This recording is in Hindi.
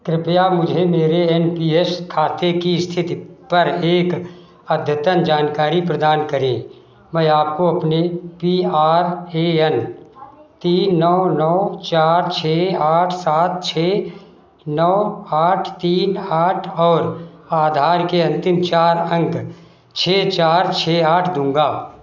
कृपया मुझे मेरे एन पी एस खाते की स्थिति पर एक अद्यतन जानकारी प्रदान करे मैं आपको अपने पी आर ए एन तीन नौ नौ चार छः आठ सात छः नौ आठ तीन आठ और आधार के अंतिम चार अंक छः चार छः आठ दूँगा